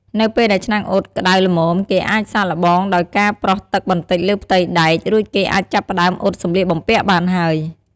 នៅពេលដែលឆ្នាំងអ៊ុតក្តៅល្មម គេអាចសាកល្បងដោយការប្រោះទឹកបន្តិចលើផ្ទៃដែក រួចគេអាចចាប់ផ្តើមអ៊ុតសម្លៀកបំពាក់បានហើយ។